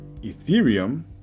Ethereum